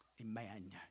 Amen